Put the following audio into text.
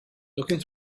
looking